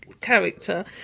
character